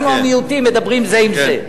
אנחנו המיעוטים מדברים זה עם זה.